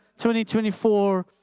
2024